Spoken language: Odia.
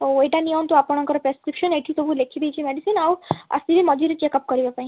ହଉ ଏଇଟା ନିଅନ୍ତୁ ଆପଣଙ୍କର ପ୍ରେସକ୍ରିପସନ୍ ଏଇଠି ସବୁ ଲେଖି ଦେଇଛି ମେଡ଼ିସିନ୍ ଆଉ ଆସିବେ ମଝିରେ ଚେକ୍ଅପ୍ କରିବା ପାଇଁ